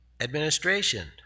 Administration